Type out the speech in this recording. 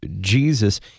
Jesus